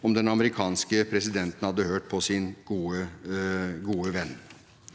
og om den amerikanske presidenten hadde hørt på sin gode venn.